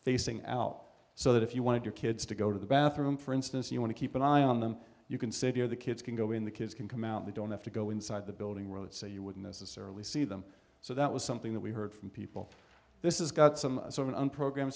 facing out so that if you wanted your kids to go to the bathroom for instance you want to keep an eye on them you can sit here the kids can go in the kids can come out they don't have to go inside the building road so you wouldn't necessarily see them so that was something that we heard from people this is got some sort of on program